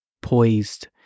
poised